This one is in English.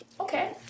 Okay